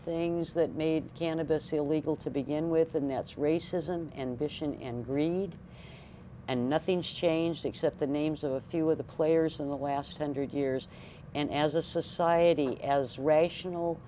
things that made cannabis illegal to begin with and that's racism and bishan and greed and nothing has changed except the names of a few of the players in the last hundred years and as a society as rational